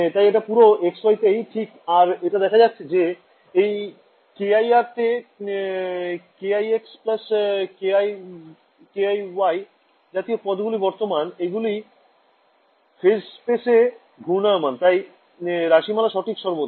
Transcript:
তাই এটা পুরো x y তেই ঠিক আর এটা দেখা যাচ্ছে যে এই kir তে k ixx kiy y জাতীয় পদগুলি বর্তমান আর এই গুলি phase space এ ঘূর্ণায়মান তাই এই রাশিমালা সঠিক হবে সর্বদা